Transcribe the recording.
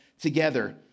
together